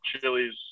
chilies